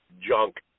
junk